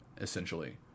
essentially